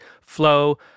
flow